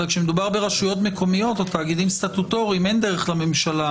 אבל כשמדובר ברשויות מקומיות או תאגידים סטטוטוריים אין דרך לממשלה